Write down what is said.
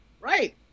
Right